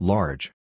Large